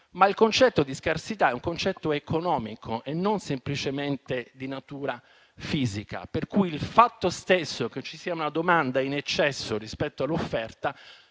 ma il concetto di scarsità è un concetto economico e non semplicemente di natura fisica, per cui il fatto stesso che ci sia una domanda in eccesso rispetto all'offerta